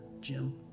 Jim